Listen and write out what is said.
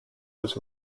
was